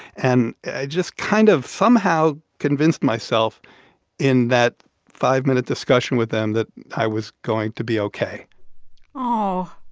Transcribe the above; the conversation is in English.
and i just kind of somehow convinced myself in that five-minute discussion with them that i was going to be ok oh,